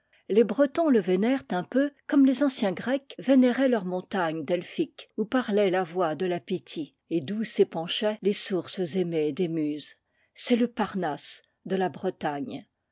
les bretons le vénèrent un peu comme les anciens grecs vénéraient leur montagne delphique où parlait la voix de la pythie et d'où s'épanchaient les sources aiméas des muses c'est le parnasse de la bretagne